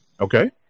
Okay